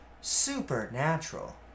supernatural